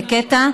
זה קטע,